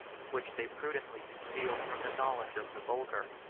which they prudently concealed from the knowledge of the vulgar.